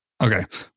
Okay